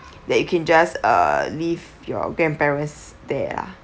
that you can just uh leave your grandparents there ah